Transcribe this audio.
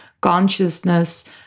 consciousness